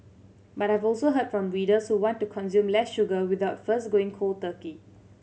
but I have also heard from readers who want to consume less sugar without first going cold turkey